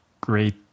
great